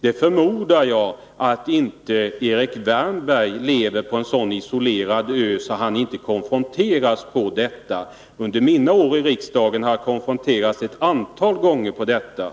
Jag förmodar att Erik Wärnberg inte lever på en sådan isolerad ö att han inte konfronteras med sådana här problem. Under mina få år i riksdagen har jag konfronterats med dem åtskilliga gånger.